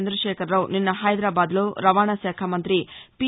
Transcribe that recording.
చంద్రకేఖరరావు నిస్న హైదరాబాద్లో రవాణా శాఖ మంత్రి పి